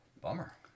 Bummer